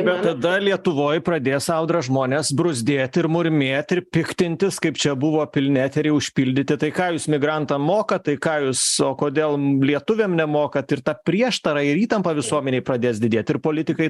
bet tada lietuvoj pradės audrą žmones bruzdėti ir murmėti ir piktintis kaip čia buvo pilni eteriai užpildyti tai ką jūs migrantam mokat tai ką jūs o kodėl lietuviam nemokat ir ta prieštara ir įtampa visuomenėj pradės didėt ir politikai